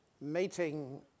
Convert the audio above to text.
meeting